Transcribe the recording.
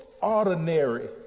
ordinary